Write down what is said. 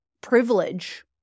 privilege